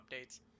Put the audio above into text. updates